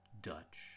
Dutch